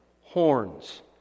horns